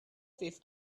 fifth